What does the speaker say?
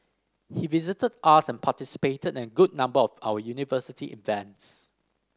he visited us and participated in a good number of our university events